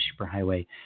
Superhighway